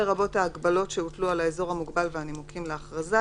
לרבות ההגבלות שהוטלו על האזור המוגבל והנימוקים להכרזה,